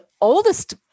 oldest